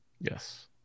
Yes